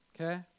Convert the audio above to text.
okay